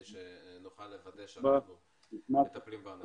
שנוכל לוודא שהכול טוב ומטפלים באנשים.